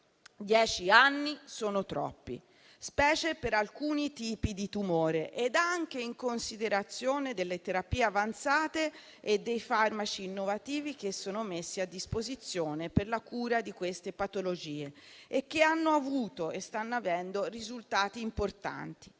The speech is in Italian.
dieci anni sono troppi, specie per alcuni tipi di tumore, e anche in considerazione delle terapie avanzate e dei farmaci innovativi che sono messi a disposizione per la cura di queste patologie e che hanno avuto e stanno avendo risultati importanti.